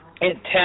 intense